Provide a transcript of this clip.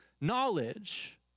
knowledge